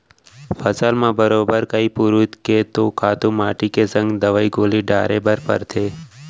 फसल म बरोबर कइ पुरूत के तो खातू माटी के संग दवई गोली डारे बर परथे